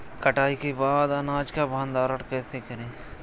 कटाई के बाद अनाज का भंडारण कैसे करें?